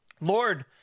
Lord